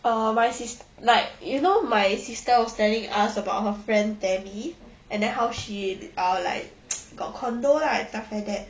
uh my sis like you know my sister was telling us about her friend tammy and then how she uh like got condo lah and stuff like that